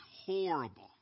horrible